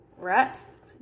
rest